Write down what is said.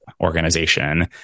organization